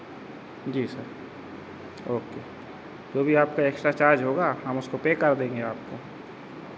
जी sir okay जो भी आपका एक्स्ट्रा चार्ज़ होगा हम उसको पे कर देंगे आपको